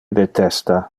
detesta